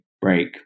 break